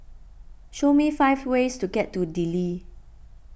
show me five ways to get to Dili